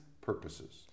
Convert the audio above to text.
purposes